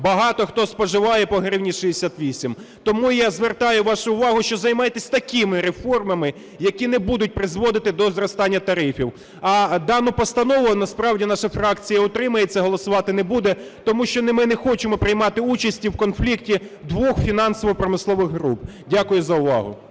Багато хто споживає по 1,68. Тому я звертаю вашу увагу, що займайтесь такими реформами, які не будуть призводити до зростання тарифів. А дану постанову насправді наша фракція утримається, голосувати не буде. Тому що ми не хочемо приймати участі в конфлікті двох фінансово-промислових груп. Дякую за увагу.